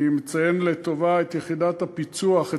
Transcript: אני מציין לטובה את יחידת הפיצו"ח אצלנו,